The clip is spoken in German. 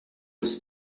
ist